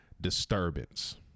disturbance